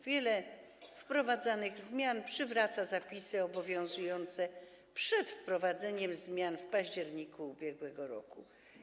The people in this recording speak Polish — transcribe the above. Wiele wprowadzanych zmian przywraca zapisy obowiązujące przed wprowadzeniem zmian w październiku ub.r.